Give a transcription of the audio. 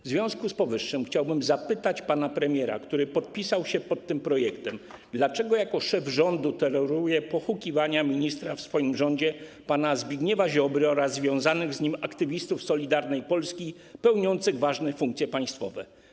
W związku z powyższym chciałbym zapytać pana premiera, który podpisał się pod tym projektem, dlaczego jako szef rządu toleruje pohukiwania ministra w swoim rządzie, pana Zbigniewa Ziobro oraz związanych z nim aktywistów Solidarnej Polskiej pełniących ważne funkcje państwowe.